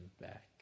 back